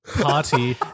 party